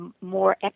more